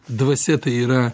dvasia tai yra